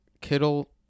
Kittle